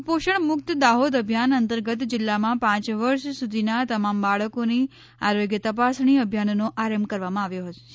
કુપોષણ મુક્ત દાહોદ અભિયાન અંતર્ગત જિલ્લામાં પાંચ વર્ષ સુધીના તમામ બાળકોની આરોગ્ય તપાસણી અભિયાનનો આરંભ કરવામાં આવ્યો છે